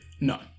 no